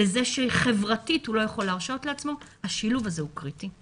לזה שחברתית הוא לא יכול להרשות לעצמו השילוב הזה הוא קריטי.